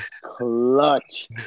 clutch